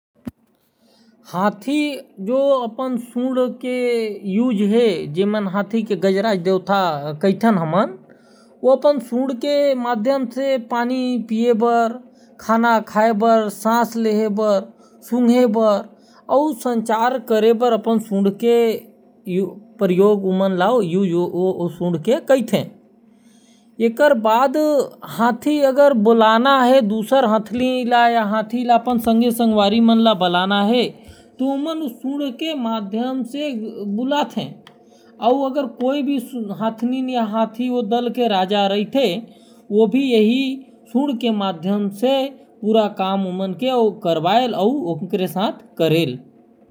हाथी जो अपन सूंड के इस्तेमाल कर थे। जेला गजराज देवता कहती हमन ओहर सूंड के इस्तेमाल संचार करे बर पानी पीए बर करेल। एकर बार अपन संगवारी मन ल बुला थे और राजा हाथी भी थी के माध्यम से अपन संगवारी मन जग बात करेल।